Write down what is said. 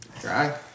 Try